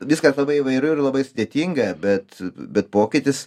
viskas labai įvairu ir labai sudėtinga bet bet pokytis